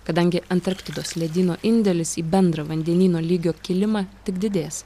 kadangi antarktidos ledyno indėlis į bendrą vandenyno lygio kilimą tik didės